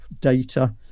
data